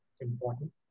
important